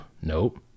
Nope